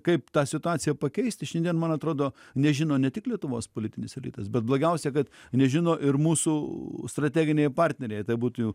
kaip tą situaciją pakeisti šiandien man atrodo nežino ne tik lietuvos politinis elitas bet blogiausia kad nežino ir mūsų strateginiai partneriai tai būtų